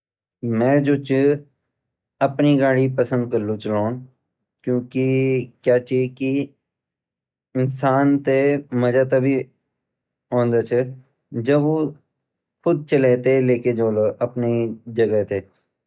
मैं जू ची अपणी गाड़ी पसंद करलु छलौंड क्युकी क्या ची की इंसान ते मज़ा तभी औन्दु जब उ खुद चले ते लेके जोलु अपनी जगह ते।